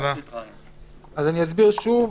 ואני אסביר שוב.